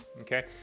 okay